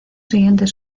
siguientes